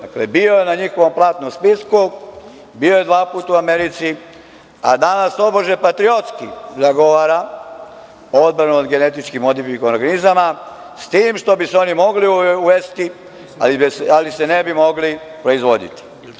Dakle, bio je na njihovom platnom spisku, bio je dva puta u Americi, a danas tobože patriotski zagovara odbranu od genetički modifikovanih organizama, s tim što bi se oni mogli uvesti, ali se ne bi mogli proizvoditi.